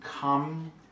come